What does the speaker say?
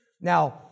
Now